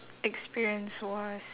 experience was